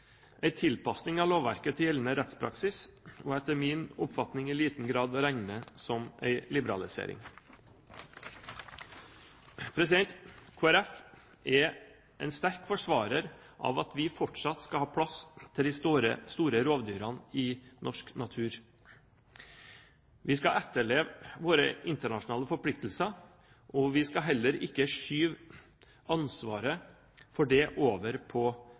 tilpasning av lovverket til gjeldende rettspraksis og er etter min oppfatning i liten grad å regne som en liberalisering. Kristelig Folkeparti er en sterk forsvarer av at vi fortsatt skal ha plass til de store rovdyrene i norsk natur. Vi skal etterleve våre internasjonale forpliktelser, og vi skal heller ikke skyve ansvaret for det over på